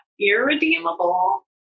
irredeemable